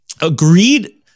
agreed